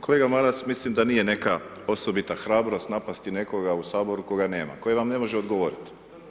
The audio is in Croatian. Kolega Maras mislim da nije neka osobita hrabrost napasti nekoga u Saboru koga nema, tko vam ne može odgovoriti.